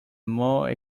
more